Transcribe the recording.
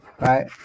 right